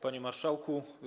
Panie Marszałku!